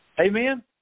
Amen